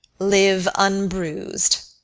live unbruised,